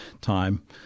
time